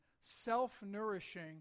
self-nourishing